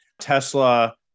Tesla